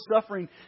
suffering